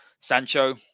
Sancho